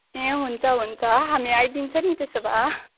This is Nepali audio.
ए हुन्छ हुन्छ हामी आइदिन्छौँ नि त्यसो भए